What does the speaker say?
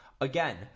Again